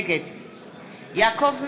נגד יעקב מרגי,